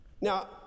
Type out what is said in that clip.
Now